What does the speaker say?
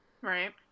Right